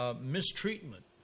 Mistreatment